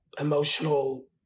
emotional